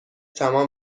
تمام